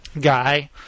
guy